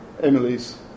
Emily's